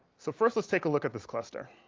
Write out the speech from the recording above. so first let's take a look at this cluster